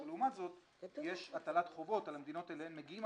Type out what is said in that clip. ולעומת זאת יש הטלת חובות על המדינות אליהן מגיעים